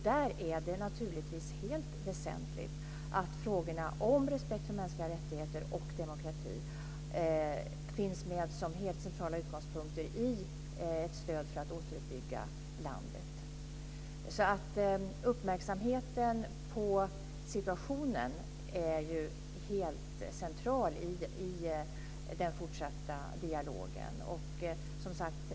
Där är det naturligtvis mycket väsentligt att frågorna om respekt för mänskliga rättigheter och demokrati finns med som helt centrala utgångspunkter i ett stöd för att återuppbygga landet. Uppmärksamheten på situationen är alltså helt central i den fortsatta dialogen.